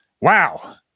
wow